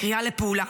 קריאה לפעולה: